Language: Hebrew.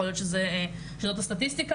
יכול להיות שזאת הסטטיסטיקה,